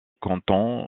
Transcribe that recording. canton